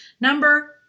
Number